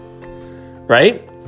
Right